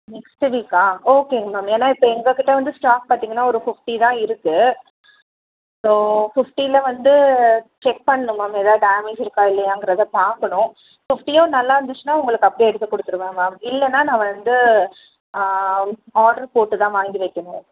next வீக்கா ஓகேங்க ma'am ஏன்னா இப்போ எங்கக்கிட்டே வந்து ஸ்டாக் பார்த்திங்கன்னா ஒரு ஃபிஃப்ட்டி தான் இருக்குது ஸோ ஃபிஃப்ட்டியில் வந்து செக் பண்ணணும் மேம் எதாவது டேமேஜ் இருக்கா இல்லையாங்கிறத பார்க்கணும் ஃபிஃப்ட்டியும் நல்லா இருந்துச்சுன்னா உங்களுக்கு அப்படியே எடுத்து கொடுத்துருவேன் மேம் இல்லைன்னா நான் வந்து ஆர்டர் போட்டு தான் வாங்கி வைக்கணும்